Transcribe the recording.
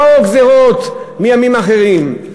לא גזירות מימים אחרים,